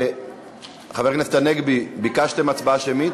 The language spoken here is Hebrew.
חבר הכנסת הנגבי, ביקשתם הצבעה שמית?